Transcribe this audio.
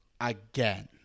again